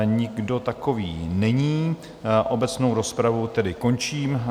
Nikdo takový není, obecnou rozpravu tedy končím.